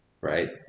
right